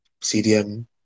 CDM